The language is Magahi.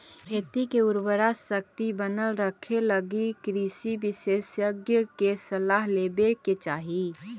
खेत के उर्वराशक्ति बनल रखेलगी कृषि विशेषज्ञ के सलाह लेवे के चाही